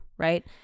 Right